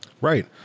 Right